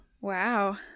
Wow